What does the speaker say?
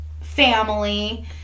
family